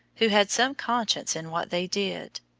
who had some conscience in what they did.